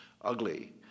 ugly